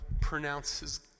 pronounces